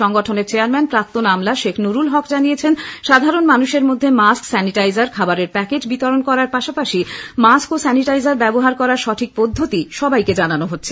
সংগঠনের চেয়ারম্যান প্রাক্তন আমলা শেখ নুরুল হক জানিয়েছেন সাধারণ মানুষদের মধ্যে মাস্ক স্যানিটাইজার খাবারের প্যাকেট বিতরণ করার পাশাপাশি মাস্ক ও স্যানিটাইজার ব্যবহার করার সঠিক পদ্ধতি সবাইকে জানানো হচ্ছে